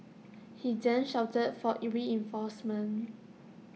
he then shouted for reinforcements